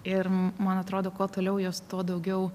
ir man atrodo kuo toliau jos tuo daugiau